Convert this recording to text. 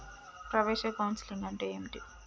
ప్రవేశ కౌన్సెలింగ్ అంటే ఏమిటి?